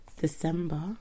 december